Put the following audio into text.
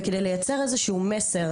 וכדי לייצר איזה שהוא מסר,